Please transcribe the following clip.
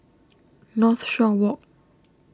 Northshore Walk